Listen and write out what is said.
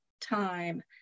time